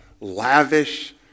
lavish